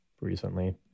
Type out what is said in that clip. recently